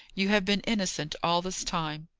you have been innocent all this time.